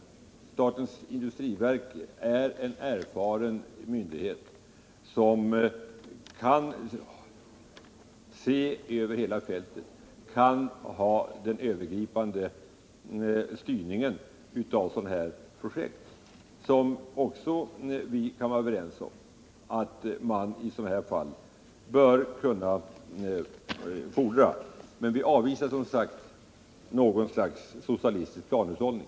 Statens industriverk är en erfaren myndighet, som kan se över hela fältet och stå för den övergripande ledning av projekten som — det kan vi vara överens om — bör kunna fordras i sådana här fall. Men vi avvisar som sagt varje slags socialistisk planhushållning.